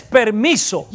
permiso